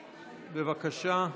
בבקשה.